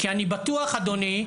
כי אני בטוח אדוני,